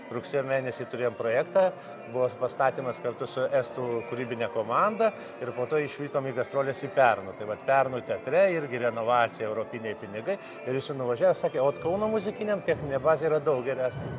rugsėjo mėnesį turėjom projektą buvo pastatymas kartu su estų kūrybine komanda ir po to išvykom į gastroles į pernu tai vat pernu teatre irgi renovacija europiniai pinigai ir visi nuvažiavę sakė kauno muzikiniam techninė bazė yra daug geresnė